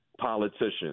politicians